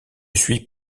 suis